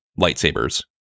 lightsabers